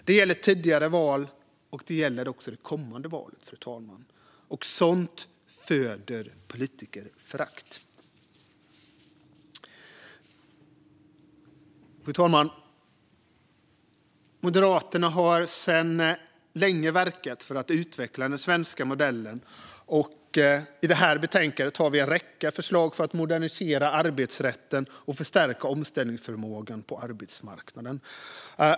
Det gäller tidigare val, och det gäller också det kommande valet. Sådant föder politikerförakt. Fru talman! Moderaterna har sedan länge verkat för att utveckla den svenska modellen. I det här betänkandet finns en räcka förslag för att modernisera arbetsrätten och förstärka omställningsförmågan på arbetsmarknaden.